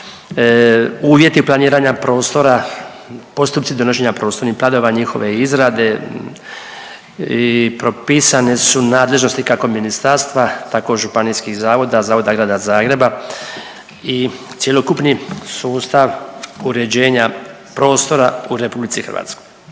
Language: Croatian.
uvjeti planiranja prostora, postupci donošenja prostornih planova, njihove izrade i propisane su nadležnosti kako ministarstva tako županijskih zavoda, zavoda Grada Zagreba i cjelokupni sustav uređenja prostora u RH.